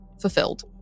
fulfilled